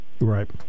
Right